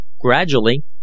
Gradually